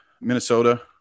Minnesota